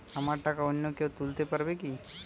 আমার টাকা অন্য কেউ তুলতে পারবে কি?